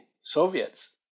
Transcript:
Soviets